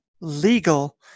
legal